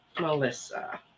Melissa